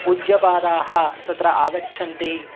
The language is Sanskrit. पूज्यपादाः तत्र आगच्छन्ति